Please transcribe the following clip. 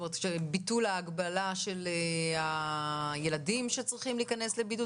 ביטול ההגבלה של הילדים שצריכים להיכנס לבידוד?